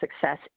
success